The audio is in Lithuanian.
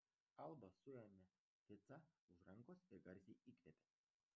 alba suėmė ficą už rankos ir garsiai įkvėpė